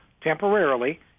temporarily